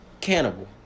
cannibal